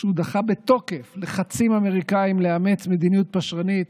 כשהוא דחה בתוקף לחצים אמריקאיים לאמץ מדיניות פשרנית